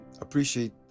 appreciate